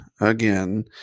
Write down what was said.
again